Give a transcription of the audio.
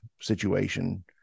situation